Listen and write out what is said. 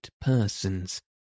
persons